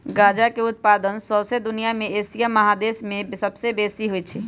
गजा के उत्पादन शौसे दुनिया में एशिया महादेश में सबसे बेशी होइ छइ